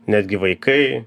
netgi vaikai